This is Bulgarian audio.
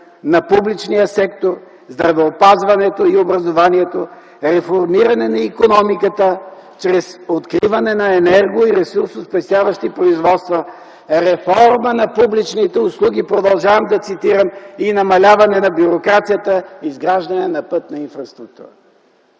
„На публичния сектор, здравеопазването и образованието, реформиране на икономиката чрез откриване на енерго- и ресурсо - спестяващи производства, реформа на публичните услуги – продължавам да цитирам – и намаляване на бюрокрацията, изграждане на пътна инфраструктура”.